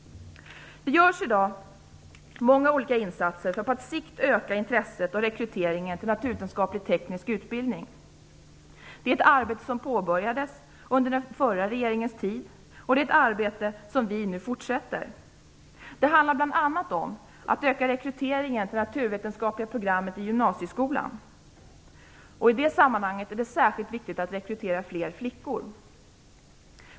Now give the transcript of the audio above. Det görs i dag många olika insatser för att på sikt öka intresset för och rekryteringen till naturvetenskaplig-teknisk utbildning. Det är ett arbete som påbörjades under den förra regeringens tid, och det är det som vi nu fortsätter. Det handlar bl.a. om att öka rekryteringen till det naturvetenskapliga programmet i gymnasieskolan. I det sammanhanget är det särskilt viktigt att rekrytera fler flickor.